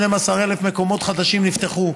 12,000 מקומות חדשים נפתחו,